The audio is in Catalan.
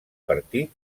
partit